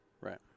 Right